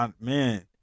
man